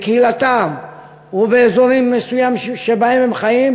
בקהילתם ובאזורים מסוימים שבהם הם חיים,